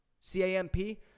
C-A-M-P